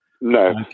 No